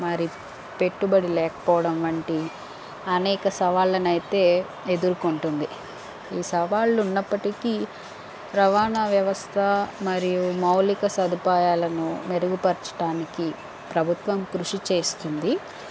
మరి పెట్టుబడి లేకపోవడం వంటి అనేక సవాళ్ళని అయితే ఎదుర్కుంటుంది ఈ సవాళ్ళు ఉన్నప్పటికీ రవాణా వ్యవస్థ మరియు మౌలిక సదుపాయాలను మెరుగు పరచటానికి ప్రభుత్వం కృషి చేస్తుంది